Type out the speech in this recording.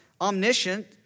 omniscient